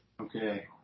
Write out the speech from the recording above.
Okay